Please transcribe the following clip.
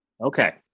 okay